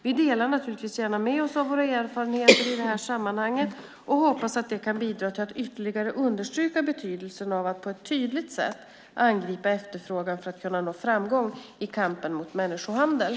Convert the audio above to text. Vi delar naturligtvis gärna med oss av våra erfarenheter i detta sammanhang och hoppas att det kan bidra till att ytterligare understryka betydelsen av att på ett tydligt sätt angripa efterfrågan för att kunna nå framgång i kampen mot människohandeln.